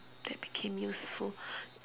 that became useful